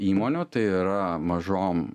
įmonių tai yra mažom